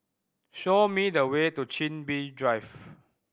show me the way to Chin Bee Drive